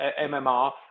MMR